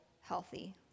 healthy